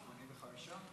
85%?